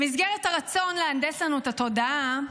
במסגרת הרצון להנדס לנו את התודעה,